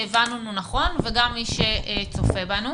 שהבנו נכון וגם מי שצופה בנו.